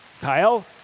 Kyle